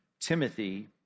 Timothy